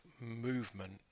movement